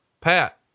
Pat